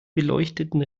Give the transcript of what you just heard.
beleuchteten